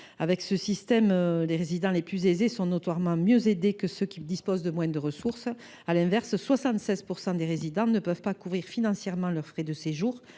Dans ce système, les résidents les plus aisés sont notoirement mieux aidés que ceux qui disposent de moins de ressources. À l’inverse, 76 % des résidents ne peuvent pas couvrir financièrement leurs frais de séjour